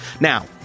Now